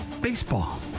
Baseball